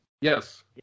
Yes